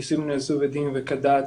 נישואים שנעשו כדין וכדת.